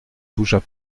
bougea